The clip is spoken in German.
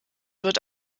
wird